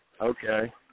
Okay